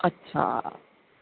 अच्छा